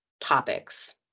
topics